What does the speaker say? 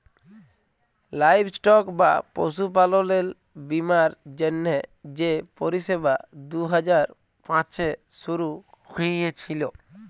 livestock বা পশুপাললের বীমার জ্যনহে যে পরিষেবা দু হাজার পাঁচে শুরু হঁইয়েছিল